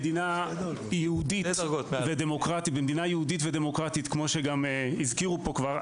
במדינה יהודית ודמוקרטית, כמו שגם כבר הזכירו פה,